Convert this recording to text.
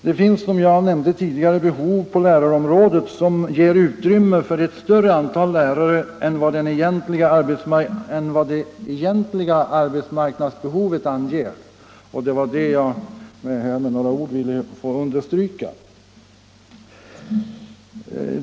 Det finns, som jag nämnde tidigare, behov på lärarområdet som ger utrymme för ett större antal lärare än vad det egentliga arbetsmarknadsbehovet anger, och det var det jag här med några ord ville understryka.